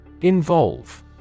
Involve